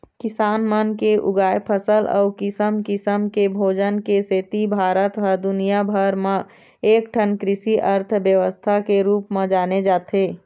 किसान मन के उगाए फसल अउ किसम किसम के भोजन के सेती भारत ह दुनिया भर म एकठन कृषि अर्थबेवस्था के रूप म जाने जाथे